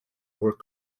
were